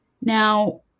Now